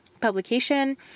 publication